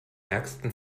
ärgsten